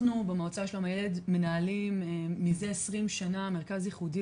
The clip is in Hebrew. אנחנו במועצה לשלום הילד מנהלים מזה 20 שנה מרכז ייחודי